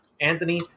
Anthony